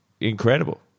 incredible